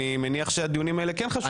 אני מניח שהדיונים האלה כן חשובים לכם.